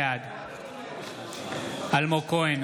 בעד אלמוג כהן,